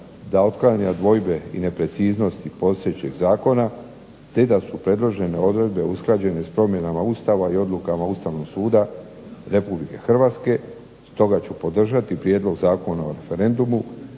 da otklanja dvojbe i nepreciznost postojećeg Zakona te da su predložene odredbe usklađene s promjenama Ustava i odlukama Ustavnog suda Republike Hrvatske zbog toga ću podržati Prijedlog zakona o referendumu